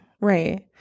right